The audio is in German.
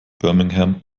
birmingham